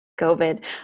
COVID